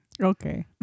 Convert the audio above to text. Okay